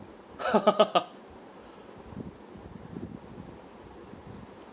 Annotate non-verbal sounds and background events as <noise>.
<laughs>